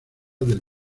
del